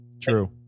True